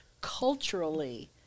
culturally